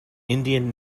indian